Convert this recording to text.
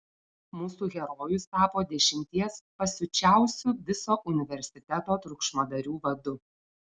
mūsų herojus tapo dešimties pasiučiausių viso universiteto triukšmadarių vadu